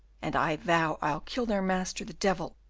and i vow i'll kill their master, the devil,